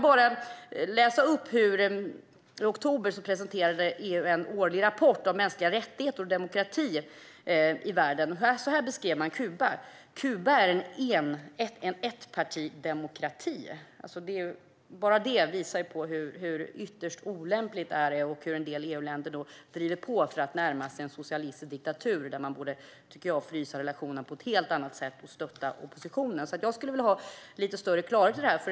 I oktober presenterade EU en årlig rapport om mänskliga rättigheter och demokrati i världen. Man beskrev då Kuba på följande sätt: Kuba är en enpartidemokrati. Bara detta visar hur ytterst olämpligt det är att en del EU-länder driver på för att närma sig en socialistisk diktatur. Jag tycker att man borde göra på ett helt annat sätt och frysa relationen och stötta oppositionen. Jag skulle alltså vilja ha lite större klarhet i fråga om detta.